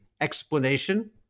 explanation